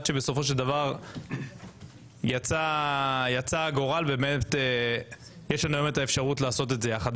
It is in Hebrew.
עד שבסופו של דבר רצה הגורל ויש לנו את האפשרות לעשות את זה יחד.